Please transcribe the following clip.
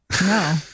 No